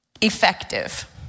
effective